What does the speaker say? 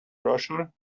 brochure